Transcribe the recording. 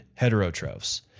heterotrophs